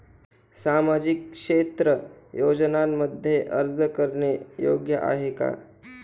सामाजिक क्षेत्र योजनांमध्ये अर्ज करणे योग्य आहे का?